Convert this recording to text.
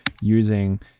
using